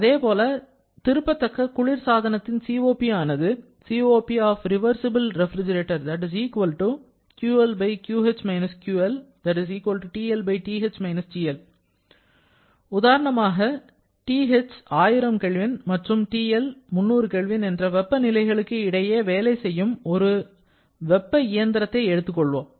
அதேபோல திருப்பத்தக்க குளிர் சாதனத்தின் COP ஆனது உதாரணமாக TH1000 K மற்றும் TL300 K என்ற வெப்ப நிலைகளுக்கு இடையே வேலை செய்யும் ஒரு வெப்ப இயந்திரத்தை எடுத்துக்கொள்வோம்